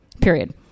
Period